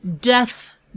Death